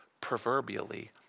proverbially